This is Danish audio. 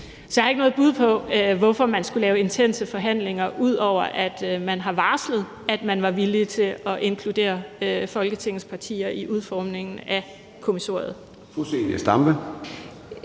Jeg har ikke noget bud på, hvorfor man skulle lave intense forhandlinger, ud over at man har varslet, at man var villig til at inkludere Folketingets partier i udformningen af kommissoriet.